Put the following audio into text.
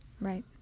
Right